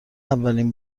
ولین